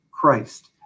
Christ